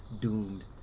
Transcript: doomed